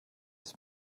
des